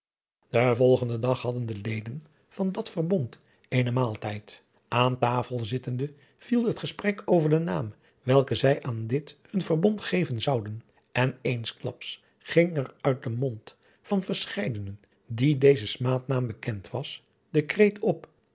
den volgenden dag hadden de leden van dat verbond eenen maaltijd aan tafel zittende viel het gesprek over den naam welke zij aan dit hun verbond geven zouden en eensklaps ging er uit den mond van verscheidenen dien deze smaadnaam bekend was de kreet op